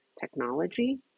technology